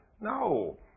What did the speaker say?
No